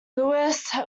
luis